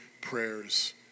prayers